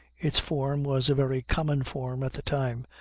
its form was a very common form at the time,